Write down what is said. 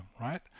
right